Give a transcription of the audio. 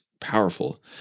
powerful